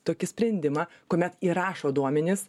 tokį sprendimą kuomet įrašo duomenis